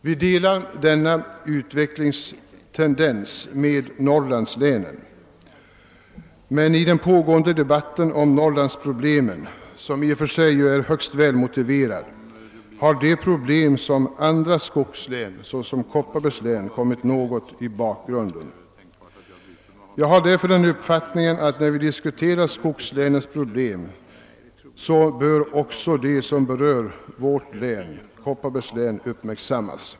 Vi delar denna utvecklingstendens med Norrlandslänen, men i den pågående debatten om Norrlandsproblemen, vilken i och för sig är högst välmotiverad, har svårigheterna i andra skogslän, såsom t.ex. Kopparbergs län, kommit något i bakgrunden. Jag har därför den uppfattningen att man vid diskussionen av skogslänens problem också måste uppmärksamma de som berör Kopparbergs län.